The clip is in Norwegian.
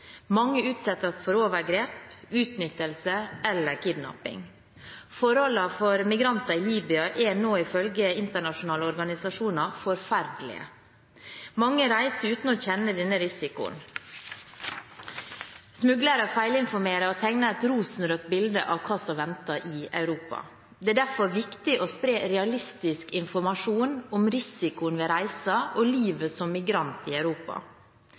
nå ifølge internasjonale organisasjoner forferdelige. Mange reiser uten å kjenne denne risikoen. Smuglere feilinformerer og tegner et rosenrødt bilde av hva som venter i Europa. Det er derfor viktig å spre realistisk informasjon om risikoen ved reisen og livet som migrant i Europa.